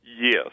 Yes